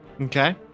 okay